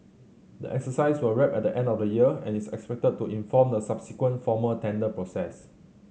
the exercise will wrap at the end of the year and is expected to inform the subsequent formal tender process